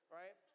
right